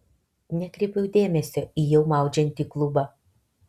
nekreipiau dėmesio į jau maudžiantį klubą